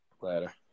Later